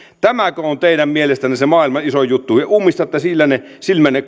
tämäkö on teidän mielestänne se maailman isoin juttu te ummistatte silmänne